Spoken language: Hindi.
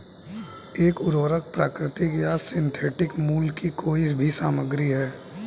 एक उर्वरक प्राकृतिक या सिंथेटिक मूल की कोई भी सामग्री है